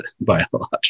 biological